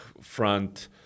front